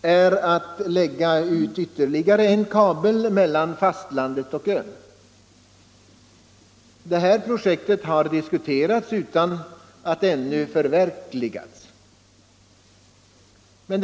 utan att ännu ha förverkligats är att lägga ut ytterligare en kabel mellan fastlandet och ön.